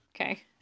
okay